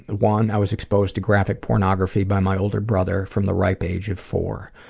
one, i was exposed to graphic pornography by my older brother from the ripe age of four.